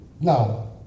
Now